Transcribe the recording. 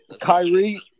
Kyrie